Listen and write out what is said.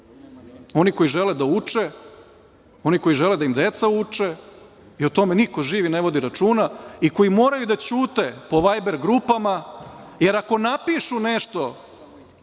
oni koji žele da uče, oni koji žele da im deca uče i o tome niko živ ne vodi računa i koji moraju da ćute po Viber grupama, jer ako napišu nešto